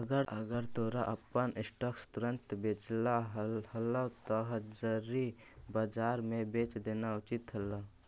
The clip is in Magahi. अगर तोरा अपन स्टॉक्स तुरंत बेचेला हवऽ त हाजिर बाजार में बेच देना उचित हइ